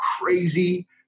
crazy